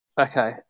Okay